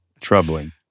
troubling